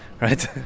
right